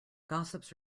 gossips